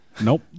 Nope